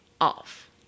off